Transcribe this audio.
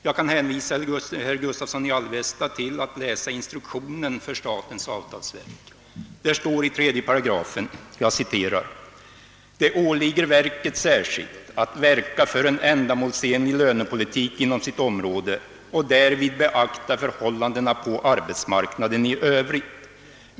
Jag kan hänvisa herr Gustavsson i Alvesta till att läsa instruktionen för statens avtalsverk. Där står i 3 §: »Det åligger verket särskilt att verka för en ändamålsenlig lönepolitik inom sitt område och därvid beakta förhållandena på arbetsmarknaden i övrigt.